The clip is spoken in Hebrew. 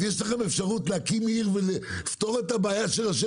אז יש לכם אפשרות להקים עיר ולפתור את הבעיה של ראשי